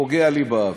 פוגע לי באוויר,